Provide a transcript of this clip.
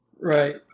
Right